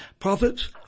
Profits